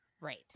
Right